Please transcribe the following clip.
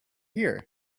here